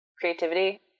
creativity